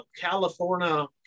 California